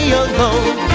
alone